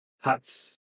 huts